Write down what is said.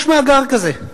יש מאגר כזה.